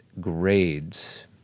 grades